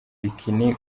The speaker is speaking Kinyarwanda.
bikini